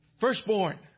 firstborn